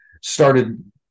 started